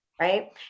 right